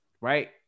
right